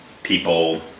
people